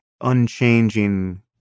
unchanging